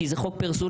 כי זה חוק פרסונלי,